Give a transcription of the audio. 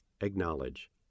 acknowledge